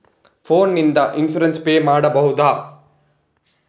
Phone ನಿಂದ insurance pay ಮಾಡಬಹುದ?